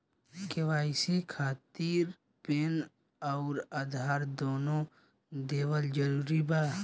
KYC खातिर PAN आउर आधार दुनों देवल जरूरी बा?